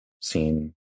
Seen